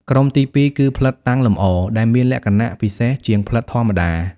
ក្រុមទីពីរគឺ ផ្លិតតាំងលម្អ ដែលមានលក្ខណៈពិសេសជាងផ្លិតធម្មតា។